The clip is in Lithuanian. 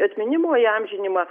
atminimo įamžinimą